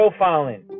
profiling